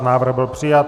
Návrh byl přijat.